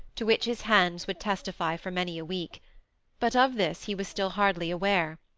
to which his hands would testify for many a week but of this he was still hardly aware.